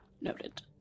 noted